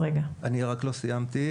אני לא סיימתי.